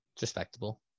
respectable